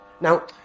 Now